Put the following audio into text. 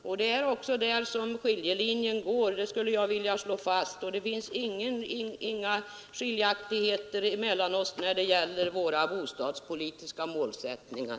Jag vill slå fast att det är där som skiljelinjen går. Det finns inga skiljaktigheter mellan oss när det gäller våra bostadspolitiska målsättningar.